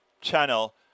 channel